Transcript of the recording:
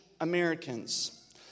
Americans